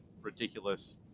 ridiculous